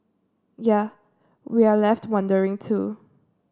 yea we're left wondering too